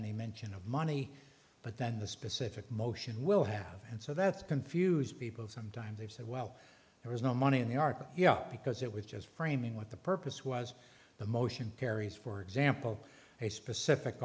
any mention of money but then the specific motion will have and so that's confuse people sometimes they say well there was no money in the ark you know because it was just framing what the purpose was the motion carries for example a specific